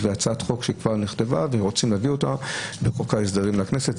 הצעת חוק שכבר נכתבה ורוצים להביאה לחוק ההסדרים לכנסת.